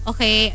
Okay